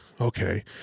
Okay